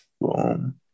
Boom